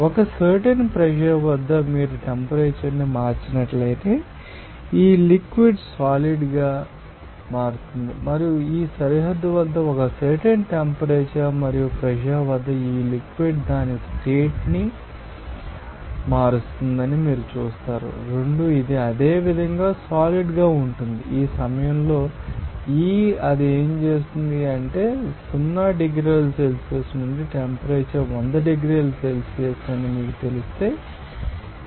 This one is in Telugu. ఒక సర్టెన్ ప్రెషర్ వద్ద మీరు టెంపరేచర్ను మార్చినట్లయితే ఈ లిక్విడ్ సాలిడ్ గా మారుతుంది మరియు ఈ సరిహద్దు వద్ద ఒక సర్టెన్ టెంపరేచర్ మరియు ప్రెషర్ వద్ద ఈ లిక్విడ్ దాని స్టేట్ ని మారుస్తుందని మీరు చూస్తారు 2 ఇది అదేవిధంగా సాలిడ్ గా ఉంటుంది ఈ సమయంలో E అది ఏమి చేస్తుంది అంటే 0 డిగ్రీల సెల్సియస్ నుండి టెంపరేచర్ 100 డిగ్రీల సెల్సియస్ అని మీకు తెలిస్తే ఏమి జరుగుతుంది